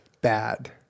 bad